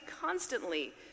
constantly